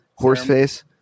Horseface